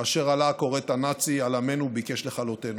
כאשר עלה הכורת הנאצי על עמנו וביקש לכלותנו.